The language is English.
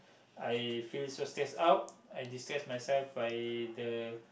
I feel so stress out I distress myself by the